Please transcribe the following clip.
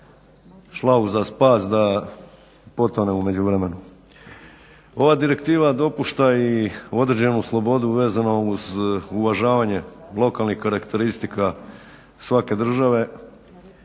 šlauf za spas da potone u međuvremenu. Ova direktiva dopušta i određenu slobodu vezano uz uvažavanje lokalnih karakteristika svake države,